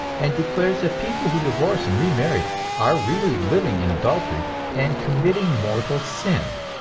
and declares that people who divorce and remarry are really living in adultery and committing mortal sin.